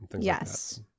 Yes